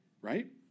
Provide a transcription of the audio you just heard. right